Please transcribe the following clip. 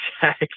check